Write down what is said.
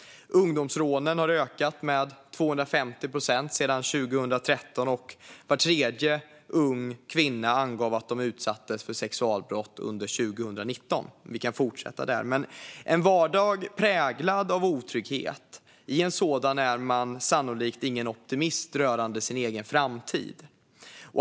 Ungdomsrånen har ökat med 250 procent sedan 2013, och var tredje ung kvinna angav att de utsattes för sexualbrott under 2019. Och vi kan fortsätta. I en vardag präglad av otrygghet är man sannolikt ingen optimist rörande sin egen framtid.